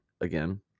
Again